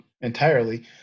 entirely